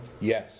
Yes